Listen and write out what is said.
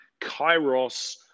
kairos